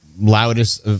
Loudest